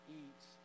eats